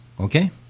okay